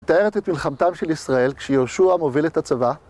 מתארת את מלחמתם של ישראל כשיהושע מוביל את הצבא